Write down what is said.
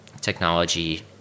technology